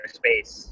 space